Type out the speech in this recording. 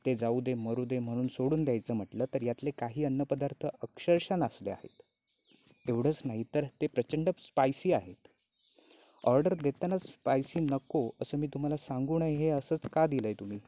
ते जाऊ दे मरू दे म्हणून सोडून द्यायचं म्हटलं तर यातले काही अन्नपदार्थ अक्षरशः नासले आहेत एवढंच नाही तर ते प्रचंड स्पायसी आहेत ऑर्डर देतानाच स्पायसी नको असं मी तुम्हाला सांगूनही हे असंच का दिलं आहे तुम्ही